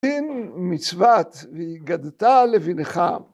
‫בין מצוות והיגדת לבנך.